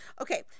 Okay